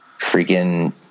freaking